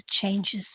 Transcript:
changes